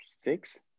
six